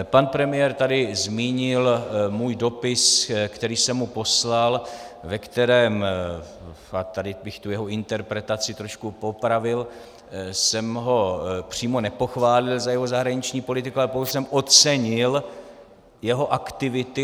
Pan premiér tady zmínil můj dopis, který jsem mu poslal, ve kterém, tady bych jeho interpretaci trošku poopravil, jsem ho přímo nepochválil za jeho zahraniční politiku, ale pouze jsem ocenil jeho aktivity a snahu.